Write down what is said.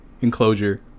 enclosure